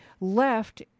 left